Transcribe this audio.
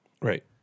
Right